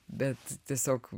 bet tiesiog